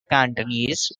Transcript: cantonese